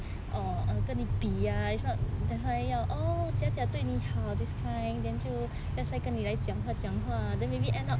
跟你比 ah it's not that's why 要 orh 假假对你好 this kind then 就 that's why 跟你来讲话讲话 then maybe end up